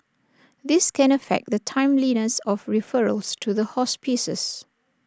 this can affect the timeliness of referrals to hospices